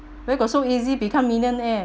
where got so easy become millionaire